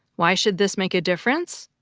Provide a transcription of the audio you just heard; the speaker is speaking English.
why should this make a difference?